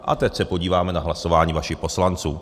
A teď se podíváme na hlasování vašich poslanců.